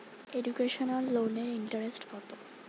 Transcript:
Educational লোনের interest কত?